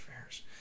Affairs